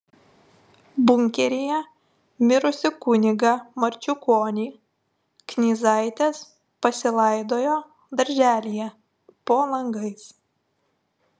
bunkeryje mirusį kunigą marčiukonį knyzaitės pasilaidojo darželyje po langais